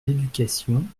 l’éducation